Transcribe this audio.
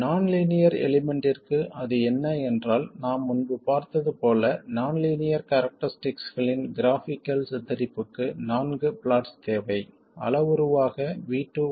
நான் லீனியர் எலிமெண்ட்டிற்கு அது என்ன என்றால் நாம் முன்பு பார்த்தது போல நான் லீனியர் கேரக்டரஸ்டிகளின் கிராஃப்பிகல் சித்தரிப்புக்கு நான்கு பிளாட்ஸ் தேவை அளவுருவாக V2 உடன் I1 வெர்சஸ் V1